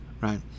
right